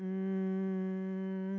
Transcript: um